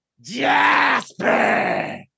Jasper